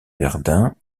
verdun